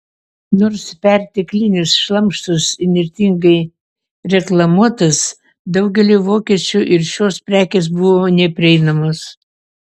nors perteklinis šlamštas įnirtingai reklamuotas daugeliui vokiečių ir šios prekės buvo neprieinamos